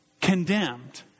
condemned